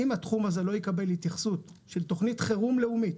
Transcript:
אם התחום הזה לא יקבל התייחסות של תוכנית חירום לאומית,